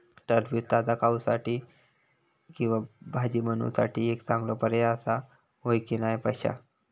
टरबूज ताजो खाऊसाठी किंवा भाजी बनवूसाठी एक चांगलो पर्याय आसा, होय की नाय पश्या?